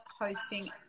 hosting